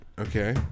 Okay